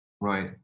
Right